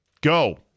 Go